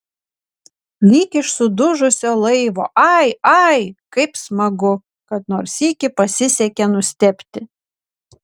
lyg iš sudužusio laivo ai ai kaip smagu kad nors sykį pasisekė nustebti